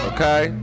Okay